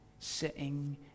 Sitting